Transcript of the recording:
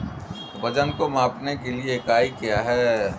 वजन को मापने के लिए इकाई क्या है?